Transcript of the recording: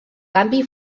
canvi